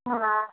हाँ